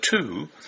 two